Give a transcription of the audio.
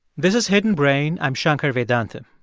this is hidden brain. i'm shankar vedantam.